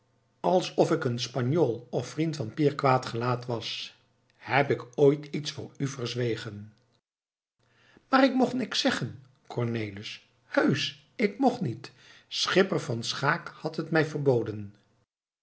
alsof ik een spanjool of vriend van pier quaet gelaet was heb ik ooit iets voor u verzwegen maar ik mocht niets zeggen cornelis heusch ik mocht niet schipper van schaeck had het mij verboden